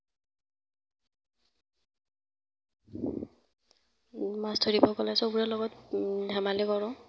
মাছ ধৰিব গ'লে চবৰে লগত ধেমালি কৰোঁ